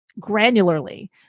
granularly